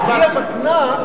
היא המקנה,